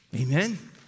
Amen